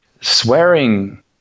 swearing